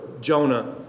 Jonah